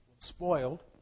spoiled